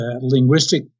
linguistic